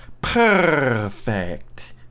perfect